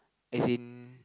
as in